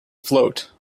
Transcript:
float